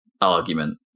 argument